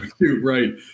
right